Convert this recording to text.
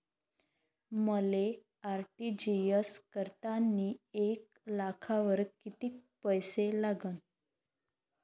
मले आर.टी.जी.एस करतांनी एक लाखावर कितीक पैसे लागन?